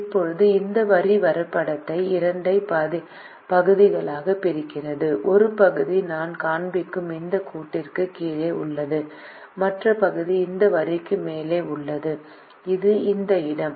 இப்போது இந்த வரி வரைபடத்தை இரண்டு பகுதிகளாகப் பிரிக்கிறது ஒரு பகுதி நான் காண்பிக்கும் இந்த கோட்டிற்குக் கீழே உள்ளது மற்ற பகுதி இந்த வரிக்கு மேலே உள்ளது இது இந்த இடம்